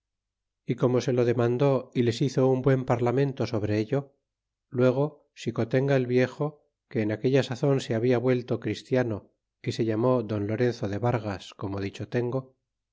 y como se lo demandó y les hizo un buen parlamento sobre ello luego xicotenga el viejo que en aquella sazon se habla vuelto christiano y sellara don lorenzo de vargas como dicho tengo